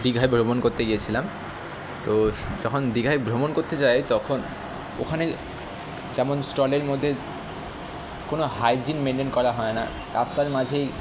দিঘায় ভ্রমণ করতে গেছিলাম তো স যখন দিঘায় ভ্রমণ করতে যাই তখন ওখানে যেমন স্টলের মধ্যে কোনও হাইজিন মেন্টেন করা হয় না রাস্তার মাঝেই